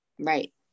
Right